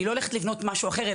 אני לא הולכת לבנות משהו אחר,